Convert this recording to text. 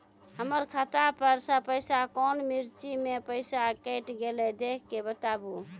हमर खाता पर से पैसा कौन मिर्ची मे पैसा कैट गेलौ देख के बताबू?